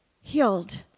healed